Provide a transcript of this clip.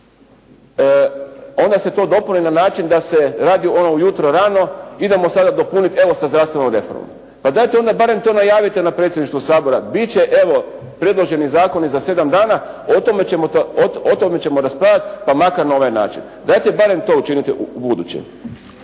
onda se to dopuni na način da se radi ujutro rano, idemo sada dopuniti sa zdravstvenom reformom. Pa dajte onda barem to najavite na Predsjedništvu Sabora bit će evo predloženi zakoni za sedam dana, o tome ćemo raspravljati pa makar na ovaj način. Dajte barem to učinite u buduće.